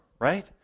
Right